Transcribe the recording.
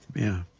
yeah.